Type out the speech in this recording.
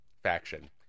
Faction